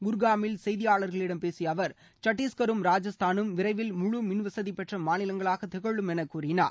குர்ஹாமில் செய்திபாளர்களிடம் பேசிய அவர் சத்தீஷ்கரும் ராஜஸ்தானும் விரைவில் முழு மின்வசதி பெற்ற மாநிலங்களாக திகழும் என கூறினார்